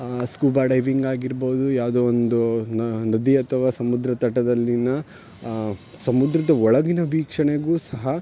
scuba diving ಆಗಿರ್ಬಹ್ದು ಯಾವುದೋ ಒಂದು ನದಿ ಅಥವಾ ಸಮುದ್ರ ತಟದಲ್ಲಿನ ಸಮುದ್ರದ ಒಳಗಿನ ವೀಕ್ಷಣೆಗೂ ಸಹ